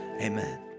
amen